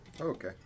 Okay